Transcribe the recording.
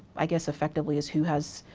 i guess, effectively is who has,